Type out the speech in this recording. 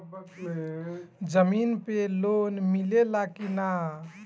जमीन पे लोन मिले ला की ना?